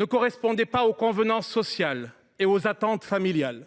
ne répondait pas aux convenances sociales et aux attentes familiales.